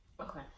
Okay